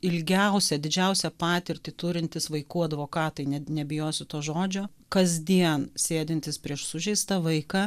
ilgiausią didžiausią patirtį turintys vaikų advokatai net nebijosiu to žodžio kasdien sėdintys prieš sužeistą vaiką